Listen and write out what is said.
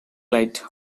light